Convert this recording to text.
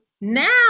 now